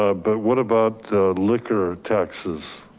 ah but what about liquor taxes?